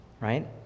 right